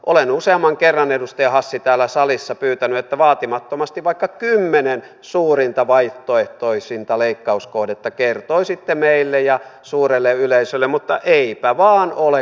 olen useamman kerran edustaja hassi täällä salissa pyytänyt että vaatimattomasti vaikka kymmenen suurinta vaihtoehtoista leikkauskohdetta kertoisitte meille ja suurelle yleisölle mutta eipä vain ole kuulunut